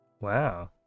wow